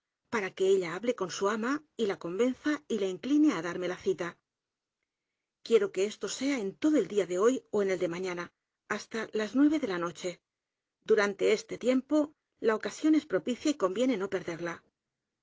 para que ella ha ble con su ama y la convenza y la incline á darme la cita quiero que esto sea en todo el día de hoy ó en el de mañana hasta la nueve de la noche du rante este tiempo la ocasión es propicia y conviene no perderla